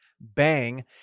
bang